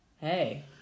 Hey